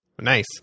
Nice